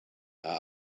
are